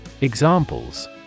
Examples